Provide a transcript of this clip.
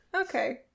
Okay